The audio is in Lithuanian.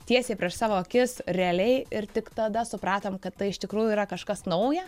tiesiai prieš savo akis realiai ir tik tada supratom kad tai iš tikrųjų yra kažkas nauja